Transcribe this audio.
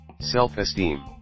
self-esteem